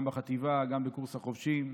גם בחטיבה וגם בקורס החובשים.